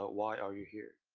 but why are you here?